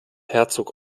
herzog